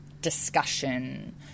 discussion